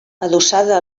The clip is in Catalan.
adossada